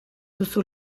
duzu